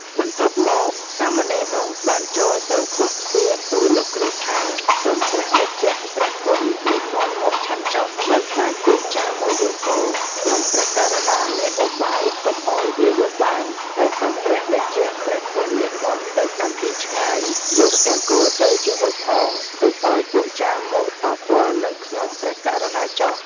បន្ទាប់មក សាមណេរនោះបានចូលទៅគោះទ្វារទូលលោកគ្រូថា "សូមព្រះតេជះព្រះគុណនិមន្តមកឆាន់ចុះ បើខ្លាចពួកចាមមកយកគោ ខ្ញុំព្រះករុណាមានឧបាយកុំឲ្យវាយកបាន តែសូមព្រះតេជព្រះគុណនិមន្តទៅកាន់ទីឆ្ងាយ យកទាំងគោទៅជាមួយផង ទុកឲ្យពួកចាមមកតទល់នឹងខ្ញុំព្រះករុណាចុះ"។